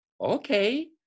okay